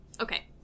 Okay